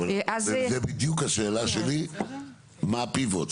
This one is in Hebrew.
זאת בדיוק השאלה שלי, מה ה-pivot?